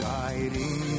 Guiding